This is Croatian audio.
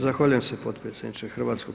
Zahvaljujem se potpredsjedniče HS.